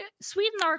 Sweden